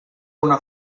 una